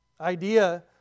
idea